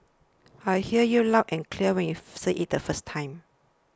I heard you loud and clear when you said it the first time